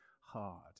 hard